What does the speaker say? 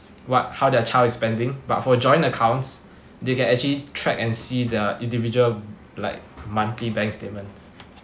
what how their child is spending but for joint accounts they can actually track and see the individual like monthly bank statement